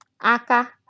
Aka